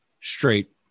straight